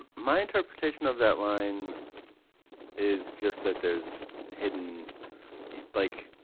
ah my interpretation of that line is just that there's hidden like,